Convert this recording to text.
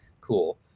Cool